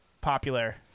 popular